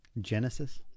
Genesis